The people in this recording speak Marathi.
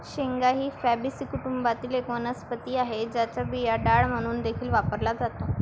शेंगा ही फॅबीसी कुटुंबातील एक वनस्पती आहे, ज्याचा बिया डाळ म्हणून देखील वापरला जातो